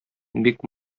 бик